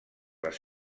les